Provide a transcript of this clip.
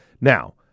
Now